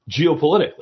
geopolitically